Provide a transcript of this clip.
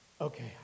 okay